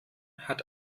hat